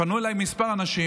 פנו אליי כמה אנשים,